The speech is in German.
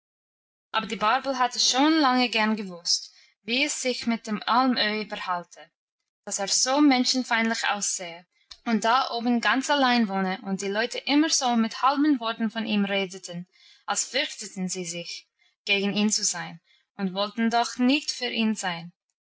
aber die barbel hätte schon lange gern gewusst wie es sich mit dem alm öhi verhalte dass er so menschenfeindlich aussehe und da oben ganz allein wohne und die leute immer so mit halben worten von ihm redeten als fürchteten sie sich gegen ihn zu sein und wollten doch nicht für ihn sein